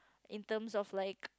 in terms of like